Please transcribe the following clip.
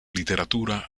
literatura